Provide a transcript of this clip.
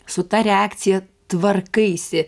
su ta reakcija tvarkaisi